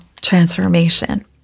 transformation